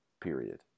period